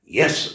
yes